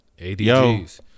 ADGs